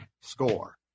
score